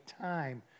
time